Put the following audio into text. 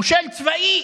מושל צבאי